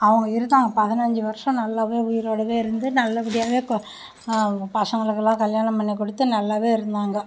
அவங்க இருந்தாங்க பதினஞ்சி வருஷம் நல்லாவே உயிரோடவே இருந்து நல்லபடியாகவே கொ அவங்க பசங்களுக்குலாம் கல்யாணம் பண்ணி கொடுத்து நல்லாவே இருந்தாங்க